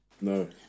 no